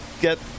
get